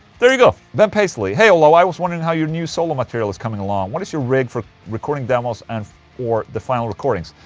there you go ben peasley hey ola, i was wondering how your new solo material is coming along what is your rig for recording demos and or the final recordings?